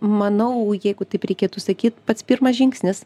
manau jeigu taip reikėtų sakyt pats pirmas žingsnis